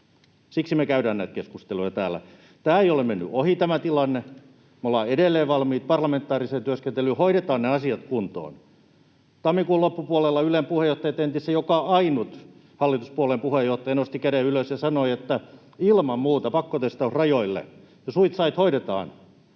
Siksi me käydään näitä keskusteluja täällä. Tämä tilanne ei ole mennyt ohi. Me ollaan edelleen valmiit parlamentaariseen työskentelyyn. Hoidetaan ne asiat kuntoon. Tammikuun loppupuolella Ylen puheenjohtajatentissä joka ainut hallituspuolueen puheenjohtaja nosti käden ylös ja sanoi, että ilman muuta pakkotestaus rajoille ja suitsait hoidetaan